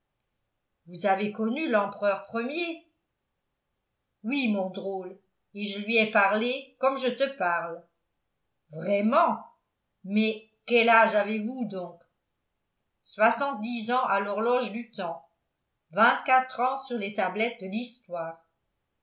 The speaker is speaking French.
vous avez connu l'empereur premier oui mon drôle et je lui ai parlé comme je te parle vraiment mais quel âge avez-vous donc soixante-dix ans à l'horloge du temps vingt-quatre ans sur les tablettes de l'histoire